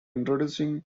introducing